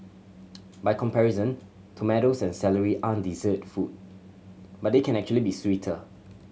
by comparison tomatoes and celery aren't dessert food but they can actually be sweeter